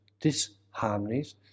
disharmonies